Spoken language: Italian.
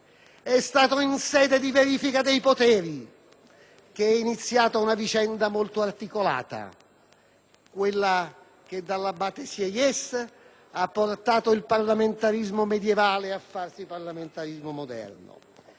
che è iniziata una vicenda molto articolata, quella che dall'abate Sieyès ha portato il parlamentarismo medievale a farsi parlamentarismo moderno. Allora perché,